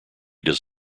does